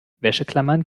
wäscheklammern